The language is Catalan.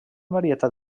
varietat